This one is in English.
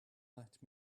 let